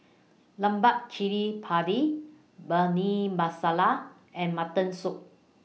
Lemak Cili Padi Bhindi Masala and Mutton Soup